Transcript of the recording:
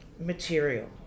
material